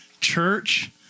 Church